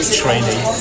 training